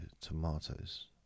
Tomatoes